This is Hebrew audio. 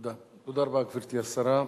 תודה רבה, גברתי השרה.